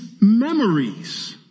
memories